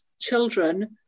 children